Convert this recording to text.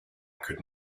could